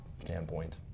standpoint